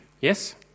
Yes